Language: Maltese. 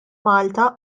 malta